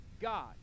God